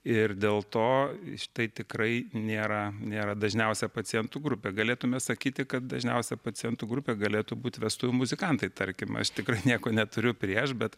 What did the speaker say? ir dėl to štai tikrai nėra nėra dažniausia pacientų grupė galėtume sakyti kad dažniausia pacientų grupė galėtų būti vestuvių muzikantai tarkim aš tikrai nieko neturiu prieš bet